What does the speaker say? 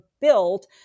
built